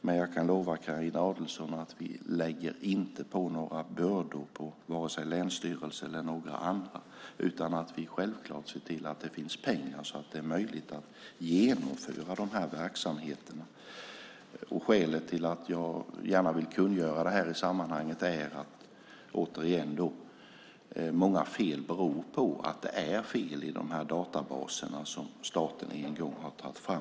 Men jag kan lova Carina Adolfsson Elgestam att vi inte lägger på några bördor på vare sig länsstyrelserna eller några andra. Vi ser självklart till att det finns pengar så att det är möjligt att genomföra dessa verksamheter. Skälet till att vi gärna vill kungöra detta i sammanhanget är återigen att många fel beror på att det är fel i databaserna som staten en gång har tagit fram.